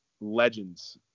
legends